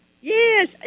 Yes